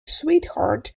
sweetheart